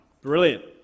brilliant